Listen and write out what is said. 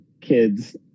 kids